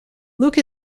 luke